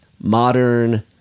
modern